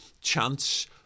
chance